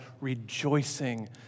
rejoicing